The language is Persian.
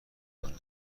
کنه